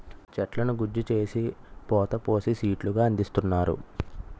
చెట్లను గుజ్జు చేసి పోత పోసి సీట్లు గా అందిస్తున్నారు